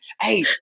Hey